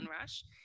rush